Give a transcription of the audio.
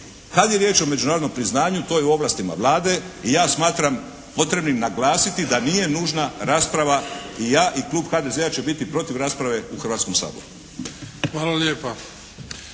Kad je riječ o međunarodnom priznanju to je u ovlastima Vlade i ja smatram potrebnim naglasiti da nije nužna rasprava. I ja i Klub HDZ-a će biti protiv rasprave u Hrvatskom saboru. **Bebić,